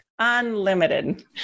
unlimited